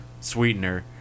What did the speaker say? sweetener